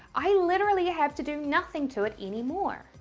i literally have to do nothing to it anymore.